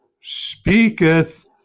speaketh